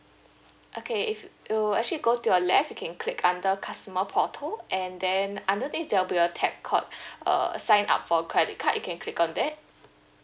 okay if you actually go to your left you can click under customer portal and then under this there'll be a tab called uh sign up for credit card you can click on that